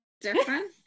different